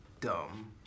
Dumb